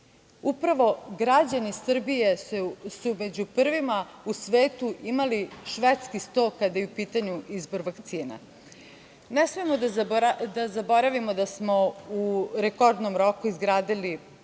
upravo građani Srbije su među prvima u svetu imali švedski sto kada je u pitanju izbor vakcina. Ne smemo da zaboravimo da smo u rekordnom roku izgradili tri